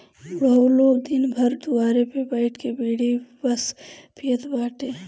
बुढ़ऊ लोग दिन भर दुआरे पे बइठ के बीड़ी बस पियत बाटे